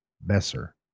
Besser